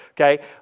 okay